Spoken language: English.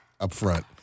upfront